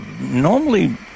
normally